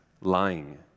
lying